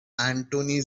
antoine